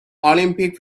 olympic